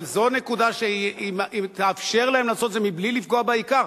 אבל זאת נקודה שתאפשר להם לעשות את זה בלי לפגוע בעיקר.